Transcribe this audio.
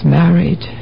married